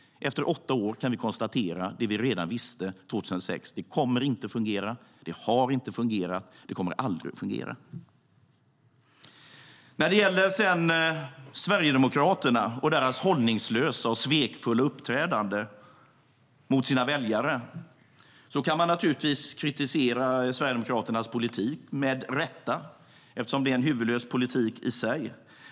Efter åtta år kan vi konstatera det vi redan visste 2006: Det kommer inte att fungera. Det har inte fungerat, och det kommer aldrig att fungera. När det sedan gäller Sverigedemokraterna och deras hållningslösa och svekfulla uppträdande mot sina väljare kan man naturligtvis kritisera Sverigedemokraternas politik, med rätta, eftersom det är en huvudlös politik i sig.